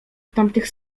tamtych